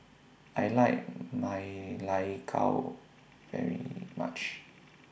I like Ma Lai Gao very much